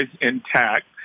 intact